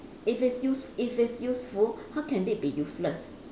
if it's use if it's useful how can it be useless